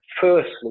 firstly